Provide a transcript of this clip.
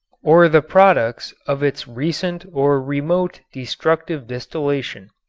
or the products of its recent or remote destructive distillation,